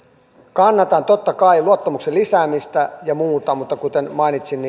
kannatan totta kai luottamuksen lisäämistä ja muuta mutta kuten mainitsin